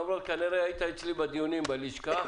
כנראה היית אצלי בדיונים בלשכה.